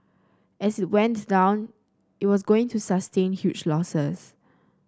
as it went down it was going to sustain huge losses